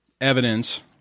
evidence